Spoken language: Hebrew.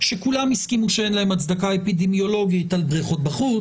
שכולם הסכימו שאין להן הצדקה אפידמיולוגית על בריכות בחוץ